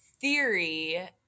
theory